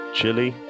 Chili